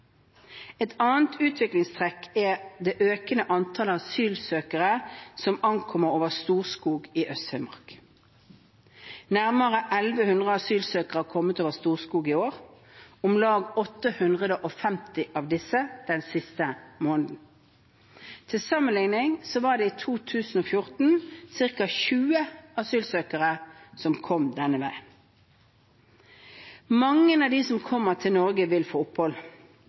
Et annet utviklingstrekk er det økende antallet asylsøkere som ankommer over Storskog i Øst-Finnmark. Nærmere 1 100 asylsøkere har kommet over Storskog i år – om lag 850 av disse den siste måneden. Til sammenligning var det i 2014 ca. 20 asylsøkere som kom denne veien. Mange av de som kommer til Norge, vil få opphold.